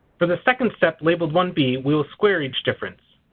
for the second set labeled one b we will square each difference.